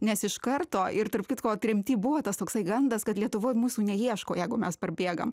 nes iš karto ir tarp kitko tremty buvo tas toksai gandas kad lietuvoj mūsų neieško jeigu mes parbėgam